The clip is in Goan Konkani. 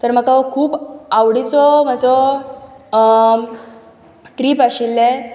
तर म्हाका हो खूब आवडीची ही म्हजी ट्रीप आशिल्ली